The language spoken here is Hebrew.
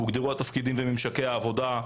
הוגדרו התפקידים וממשקי העבודה,